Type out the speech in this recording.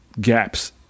gaps